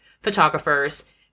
photographers